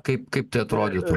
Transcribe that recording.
kaip kaip tai atrodytų